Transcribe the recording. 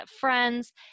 friends